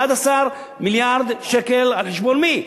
11 מיליארד שקל, על חשבון מי?